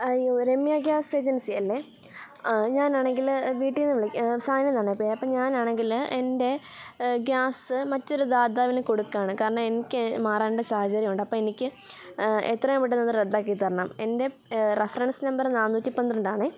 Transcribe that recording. അയ്യോ Ramya gas agency അല്ലേ ഞാനാണെങ്കിൽ വീട്ടിൽ നിന്ന് വിളി സാധനം തന്നപ്പോൾ അപ്പോൾ ഞാനാണെങ്കിൽ എൻ്റെ ഗ്യാസ് മറ്റൊരു ദാതാവിന് കൊടുക്കുകയാണ് കാരണം എനിക്ക് മാറേണ്ട സാഹചര്യമുണ്ട് അപ്പോൾ എനിക്ക് എത്രയും പെട്ടെന്നൊന്ന് റദ്ധാക്കി തരണം എൻ്റെ റഫറൻസ് നമ്പർ നാന്നൂറ്റി പന്ത്രണ്ടാണെ